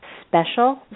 special